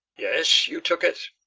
yes, you took it